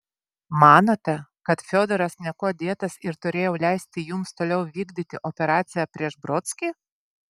manote kad fiodoras niekuo dėtas ir turėjau leisti jums toliau vykdyti operaciją prieš brodskį